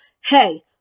hey